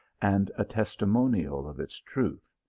and a testimonial of its truth.